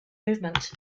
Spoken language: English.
movement